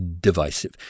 divisive